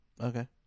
Okay